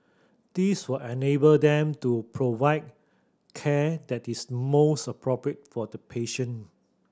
this will enable them to provide care that is most appropriate for the patient